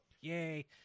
Yay